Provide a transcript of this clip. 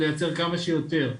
לייצר כמה שיותר.